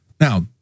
Now